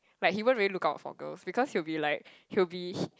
like he won't really look out for girls because he will be like he will be